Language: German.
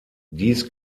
dies